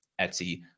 Etsy